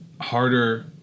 harder